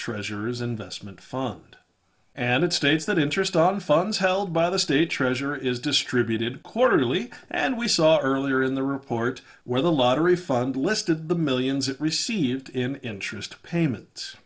treasurers investment fund and it states that interest on funds held by the state treasurer is distributed quarterly and we saw earlier in the report where the lottery fund listed the millions it received in interest payments